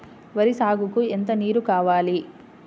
వరి సాగుకు ఎంత నీరు కావాలి?